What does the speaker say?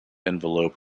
envelope